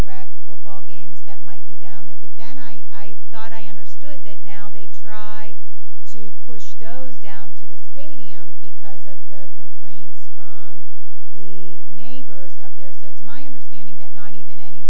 rec football games that might be down there but then i thought i understood that now they try to push those down to the stadium because of the complaint the neighbors up there so it's my understanding that not even any